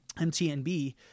MTNB